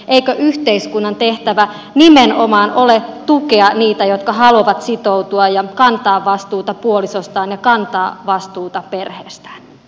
eikö yhteiskunnan tehtävä nimenomaan ole tukea niitä jotka haluavat sitoutua ja kantaa vastuuta puolisostaan ja kantaa vastuuta perheestään